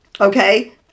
okay